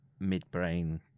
midbrain